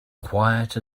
quiet